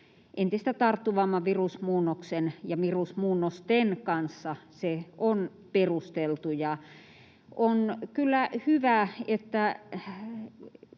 entistä tarttuvamman virusmuunnoksen ja virusmuunnosten kanssa, se on perusteltu. Ja on kyllä hyvä, että